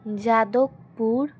Jadavpur